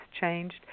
changed